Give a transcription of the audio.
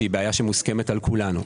שהיא בעיה שמוסכמת על כולם.